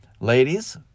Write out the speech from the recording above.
Ladies